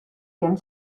quien